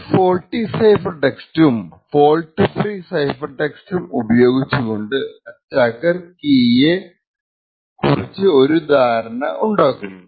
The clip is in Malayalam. ഈ ഫോൾട്ടി സൈഫർ ടെക്സ്റ്റും ഫോൾട്ട് ഫ്രീ സൈഫർ ടെക്സ്റ്റും ഉപയോഗിച്ച് കൊണ്ട് അറ്റാക്കർ കീയെ കുറിച്ച് ഒരു ധാരണ ഉണ്ടാക്കുന്നു